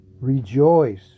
Rejoice